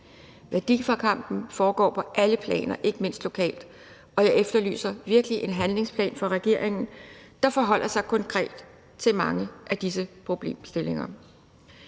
Værdikampen foregår på alle planer, ikke mindst lokalt. Og jeg efterlyser virkelig en handlingsplan fra regeringen, der forholder sig konkret til mange af disse problemstillinger.